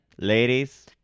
Ladies